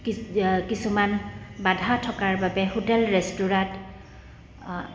কি কিছুমান বাধা থকাৰ বাবে হোটেল ৰেষ্টুৰাট